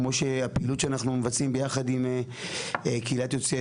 כמו שהפעילות שאנחנו מבצעים ביחד עם קהילת יוצאי